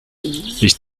ich